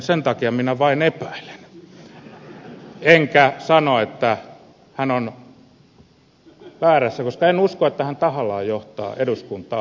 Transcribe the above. sen takia minä vain epäilen enkä sano että hän on väärässä koska en usko että hän tahallaan johtaa eduskuntaa harhaan